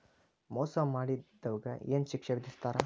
ಮೋಸಾ ಮಾಡಿದವ್ಗ ಏನ್ ಶಿಕ್ಷೆ ವಿಧಸ್ತಾರ?